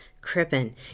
Crippen